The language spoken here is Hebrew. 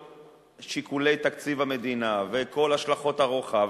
שיקולי תקציב המדינה ואת כל השלכות הרוחב,